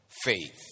faith